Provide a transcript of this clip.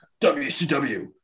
WCW